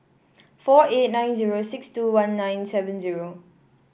four eight nine zero six two one nine seven zero